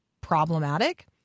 problematic